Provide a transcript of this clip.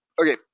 okay